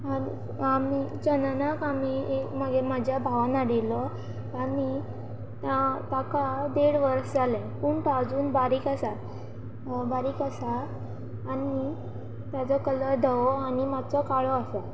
आनी आमी चननाक आमी म्हगे म्हज्या भावान हाडिल्लो आनी ताका देड वर्स जालें पूण तो आजून बारीक आसा बारीक आसा आनी ताजो कलर धवो आनी मात्सो काळो आसा